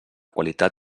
qualitat